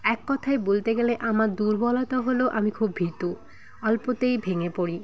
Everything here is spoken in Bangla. এক কথায় বলতে গেলে আমার দুর্বলতা হল আমি খুব ভীতু অল্পতেই ভেঙে পড়ি